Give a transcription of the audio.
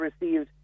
received